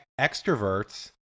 extroverts